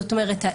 זאת אומרת,